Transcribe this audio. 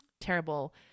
terrible